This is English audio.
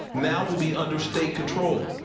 now will be under state control.